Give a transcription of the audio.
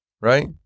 Right